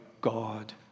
God